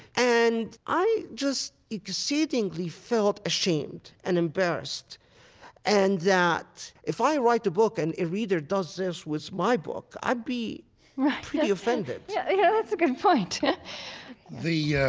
and i just exceedingly felt ashamed and embarrassed and that, if i write a book and a reader does this with my book, i'd be pretty offended right. yeah. yeah, that's a good point the yeah